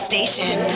Station